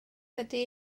ydy